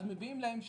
אז מביאים להם שם,